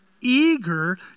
eager